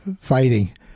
fighting